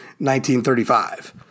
1935